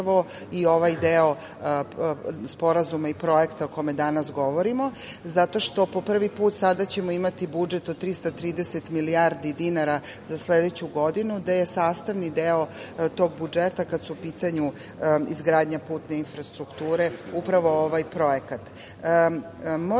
i ovaj deo sporazuma i projekta o kome danas govorimo zato što ćemo po prvi puta sada imati budžet od 330 milijardi dinara za sledeću godinu, gde je sastavni deo tog budžeta, kada je u pitanju izgradnja putne infrastrukture, upravo ovaj projekat. Mora